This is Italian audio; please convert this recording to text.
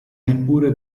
neppure